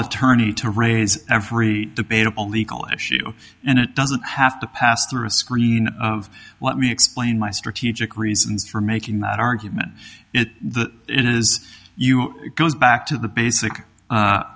attorney to raise every debatable legal issue and it doesn't have to pass through a screen of let me explain my strategic reasons for making that argument that it is goes back to the basic